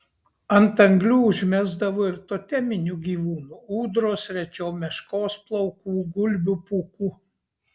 ant anglių užmesdavo ir toteminių gyvūnų ūdros rečiau meškos plaukų gulbių pūkų